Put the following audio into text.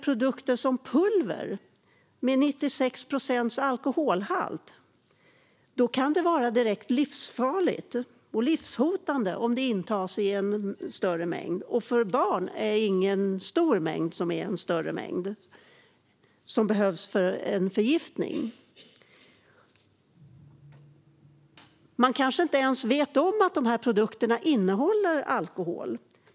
Pulver med 96 procents alkoholhalt kan vara direkt livshotande om det intas i större mängd, och för barn är den större mängd som leder till förgiftning ingen stor mängd. Man kanske inte ens vet om att dessa produkter innehåller alkohol.